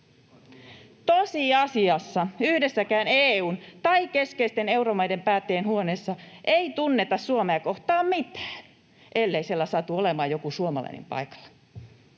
Tosiasiassa yhdessäkään EU:n tai keskeisten euromaiden päättäjien huoneessa ei tunneta Suomea kohtaan mitään, ellei siellä satu olemaan joku suomalainen paikalla.